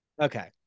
Okay